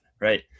Right